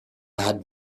had